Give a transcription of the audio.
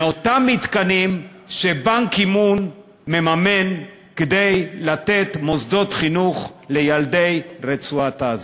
מאותם מתקנים שבאן קי-מון מממן כדי לתת מוסדות חינוך לילדי רצועת-עזה.